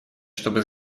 чтобы